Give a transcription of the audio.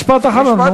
משפט אחרון.